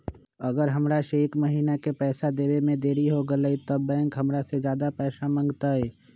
अगर हमरा से एक महीना के पैसा देवे में देरी होगलइ तब बैंक हमरा से ज्यादा पैसा मंगतइ?